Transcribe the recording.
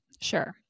Sure